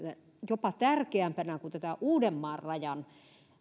jopa tärkeämpänä kuin tätä uudenmaan rajan